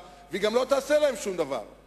היא לא עושה להם שום דבר והיא גם לא תעשה להם שום דבר.